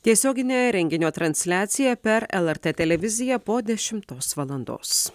tiesioginė renginio transliacija per elartė televiziją po dešimtos valandos